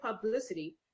publicity